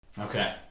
Okay